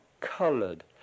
coloured